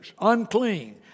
unclean